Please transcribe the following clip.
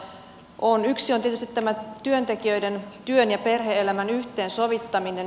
yksi on tietysti tämä työntekijöiden työn ja perhe elämän yhteensovittaminen